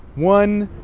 one,